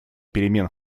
перемен